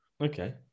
Okay